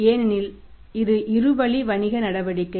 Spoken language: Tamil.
ஏனெனில் இது இரு வழி வணிக நடவடிக்கை